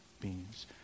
beings